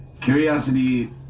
curiosity